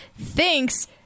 thinks